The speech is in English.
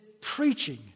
preaching